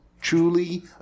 truly